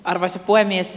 arvoisa puhemies